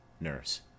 Nurse